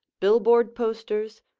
billboard posters,